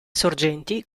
sorgenti